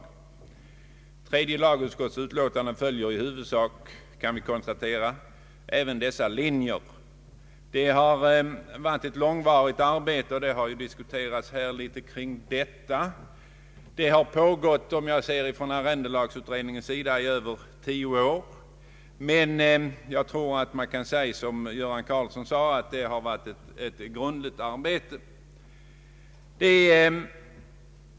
Vi kan konstatera att tredje lagutskottets utlåtande i huvudsak följer dessa linjer. Det har varit ett långvarigt arbete och diskussionen har även berört detta. Arbetet har från arrendelagsutredningens sida pågått i över tio år, men jag tror att man kan instämma med herr Göran Karlsson i att det varit ett grundligt arbete.